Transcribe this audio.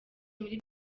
muri